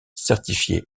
certifié